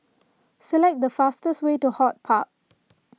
select the fastest way to HortPark